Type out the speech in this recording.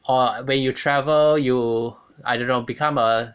or when you travel you I don't know become a